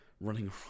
running